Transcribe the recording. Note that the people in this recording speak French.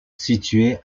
située